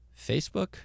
Facebook